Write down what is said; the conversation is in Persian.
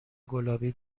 گلابی